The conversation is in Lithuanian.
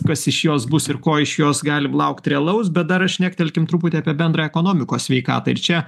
kas iš jos bus ir ko iš jos galim laukti realaus bet dar šnektelkim truputį apie bendrą ekonomikos sveikatą ir čia